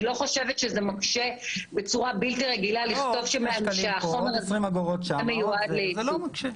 אני לא חושבת שזה מקשה בצורה בלתי רגילה לכתוב שהחומר הזה מיועד לייצוא.